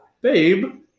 babe